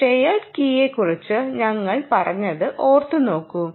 shared കീയെക്കുറിച്ച് ഞങ്ങൾ പറഞ്ഞത് ഓർത്തു നോക്കൂ